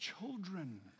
children